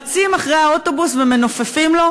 רצים אחרי האוטובוס ומנופפים לו.